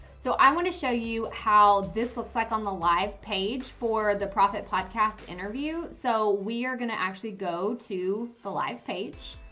so i want to show you how this looks like on the live page for the profit podcast interview. so we are going to actually go to the live page.